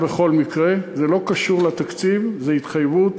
זה בכל מקרה, זה לא קשור לתקציב, זו התחייבות,